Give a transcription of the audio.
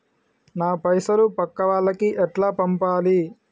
నా పైసలు పక్కా వాళ్లకి ఎట్లా పంపాలి?